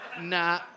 Nah